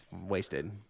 wasted